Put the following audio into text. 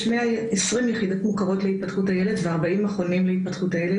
יש 120 יחידות מוכרות להתפתחות הילד ו-40 מכונים להתפתחות הילד,